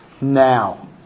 now